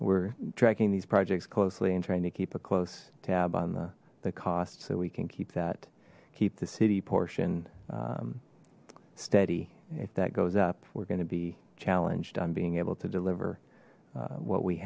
we're tracking these projects closely and trying to keep a close tab on the cost so we can keep that keep the city portion steady if that goes up we're going to be challenged on being able to deliver what we